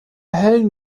hellen